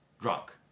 drunk